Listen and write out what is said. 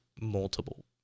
multiple